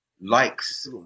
likes